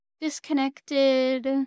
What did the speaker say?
disconnected